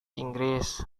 inggris